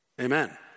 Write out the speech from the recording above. Amen